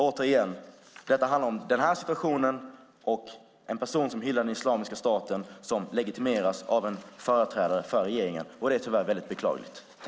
Återigen: Interpellationen handlar om situationen att en person hyllar den islamiska staten och tyvärr legitimeras av en företrädare för regeringen. Det är väldigt beklagligt.